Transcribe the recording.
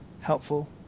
helpful